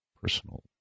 Personal